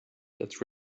that